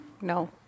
no